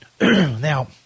Now